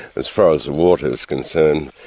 as far as the water is concerned,